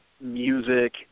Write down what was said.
music